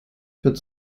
wird